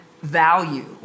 value